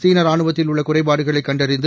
சீன ரானுவத்தில் உள்ள குறைபாடுகளை கண்டறிந்து